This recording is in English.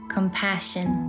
Compassion